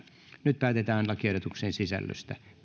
nyt päätetään lakiehdotusten sisällöstä